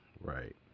Right